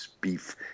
beef